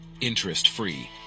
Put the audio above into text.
interest-free